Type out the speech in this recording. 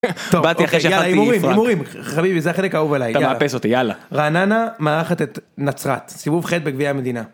באתי אחרי שאכלתי טוב יאללה הימורים הימורים חביבי זה החלק האהוב עלי, אתה מאפס אותי, יאללה. רעננה מארחת את נצרת סיבוב ח' בגביע המדינה.